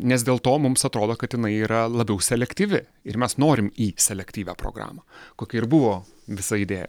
nes dėl to mums atrodo kad jinai yra labiau selektyvi ir mes norim į selektyvią programą kokia ir buvo visa idėja